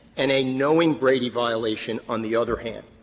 and a knowing brady violation on the other hand.